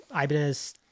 Ibanez